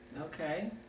Okay